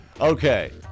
Okay